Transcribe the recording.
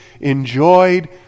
enjoyed